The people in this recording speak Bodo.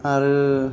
आरो